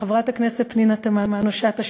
לחברת הכנסת פנינה תמנו-שטה,